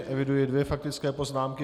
Eviduji dvě faktické poznámky.